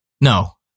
No